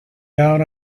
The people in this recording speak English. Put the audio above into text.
down